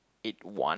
eight one